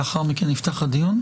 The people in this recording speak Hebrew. לאחר מכן נפתח הדיון?